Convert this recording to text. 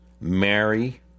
Mary